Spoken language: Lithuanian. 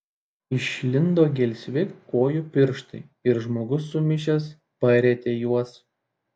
išlindo gelsvi kojų pirštai ir žmogus sumišęs parietė juos